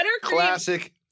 Classic